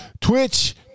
Twitch